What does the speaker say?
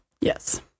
Yes